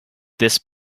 this